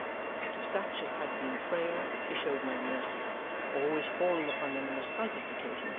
that to such as had been frail she showed no mercy always falling upon them on the slightest occasion,